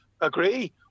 agree